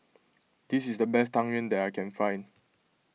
this is the best Tang Yuen that I can find